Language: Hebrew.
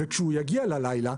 וכשהוא יגיע ללילה,